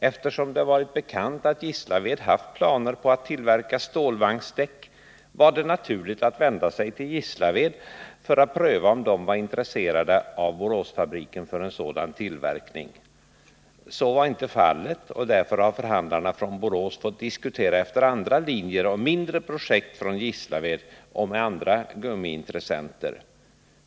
Eftersom det varit bekant att Gislaved haft planer på att tillverka stållastvagnsdäck var det naturligt att vända sig till Gislaved för att pröva om man där var intresserad av Boråsfabriken för en sådan tillverkning. Så var inte fallet, och därför har förhandlarna från Borås fått diskutera efter andra linjer, om mindre projekt från Gislaved och med andra gummiintressenter.